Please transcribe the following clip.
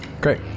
Great